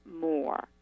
more